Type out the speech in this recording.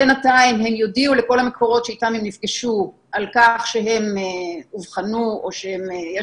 בינתיים הם יודיעו לכל המקורות שאיתם הם נפגשו על כך שהם אובחנו או שיש